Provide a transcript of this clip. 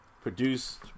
Produced